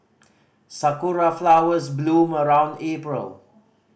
sakura flowers bloom around April